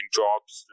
jobs